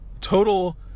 total